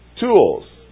Tools